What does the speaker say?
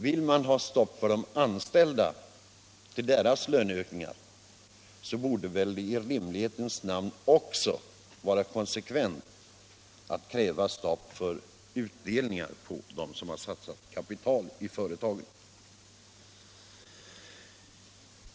Vill man ha stopp för de anställdas löneökningar, borde det i rimlighetens namn vara konsekvent att kräva stopp för utdelningarna till dem som har inkomst av det kapital som finns insatt i företagen.